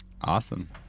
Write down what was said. Awesome